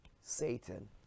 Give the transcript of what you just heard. Satan